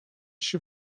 się